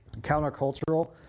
countercultural